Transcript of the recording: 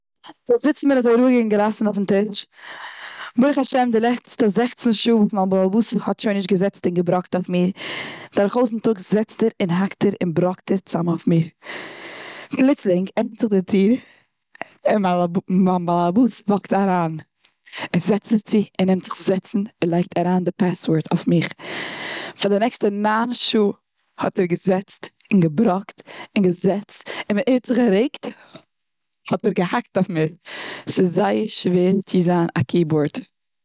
כ'זיץ מיר אזוי רואיג און געלאסן אויפן טיש. ברוך השם פאר די לעצטע זעכצן שעה וואס מיין בעל הבית האט נישט געזעצט און געבראקט אויף מיר. דורך אויס די טאג זעצט ער, און האקט ער, און בראקט ער צאם אויף מיר. פלוצלונג עפנט זיך די טיר און מיין בעל הבית וואקט אריין. ער זעצט זיך צו ער נעמט זיך זעצן. ער לייגט אריין די פעסווארד אויף מיך. פאר די נעקסטע ניין שעה האט ער געזעצט, געבראקט, און געזעצט. און ווען ער האט זיך גערעגט האט ער געהאקט אויף מיר. ס'איז זייער שווער צו זיין א קי בארד.